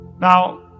Now